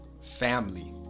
family